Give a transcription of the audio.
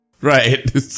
Right